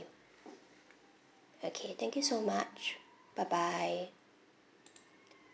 okay thank you so much bye bye